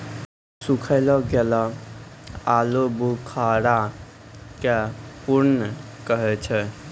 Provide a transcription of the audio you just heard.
सुखैलो गेलो आलूबुखारा के प्रून कहै छै